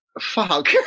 Fuck